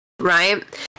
Right